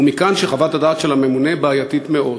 ומכאן שחוות הדעת של הממונה בעייתית מאוד.